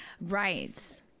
right